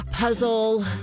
Puzzle